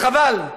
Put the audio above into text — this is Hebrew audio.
וחבל.